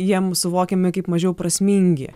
jiems suvokiami kaip mažiau prasmingi